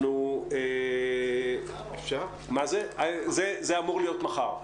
זה אמור להיות מחר.